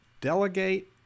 Delegate